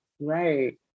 Right